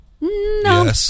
No